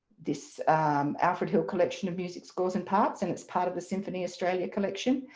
this alfred hill collection of music scores and parts and it's part of a symphony australia collection,